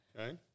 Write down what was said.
Okay